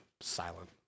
silent